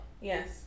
Yes